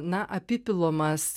na apipilamas